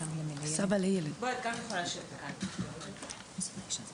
ועל הציפיות שלך מהישיבה